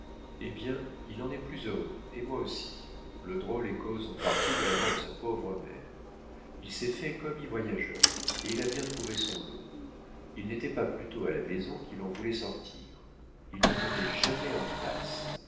eh bien il en est plus heureux et moi aussi le drôle est cause en partie de la mort de sa pauvre mère il s'est fait commis-voyageur et il a bien trouvé son lot il n'était pas plutôt à la maison qu'il en voulait sortir il ne tenait jamais en place